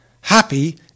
Happy